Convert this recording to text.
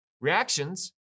Reactions